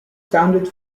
founded